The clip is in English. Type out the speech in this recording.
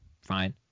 Fine